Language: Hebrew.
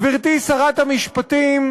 גברתי שרת המשפטים,